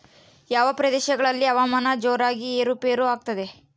ಯಾವ ಪ್ರದೇಶಗಳಲ್ಲಿ ಹವಾಮಾನ ಜೋರಾಗಿ ಏರು ಪೇರು ಆಗ್ತದೆ?